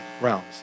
realms